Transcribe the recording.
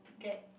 get